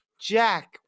Jack